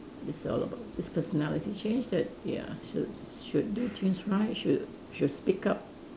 this all about this personality change that ya should should do change right should should speak up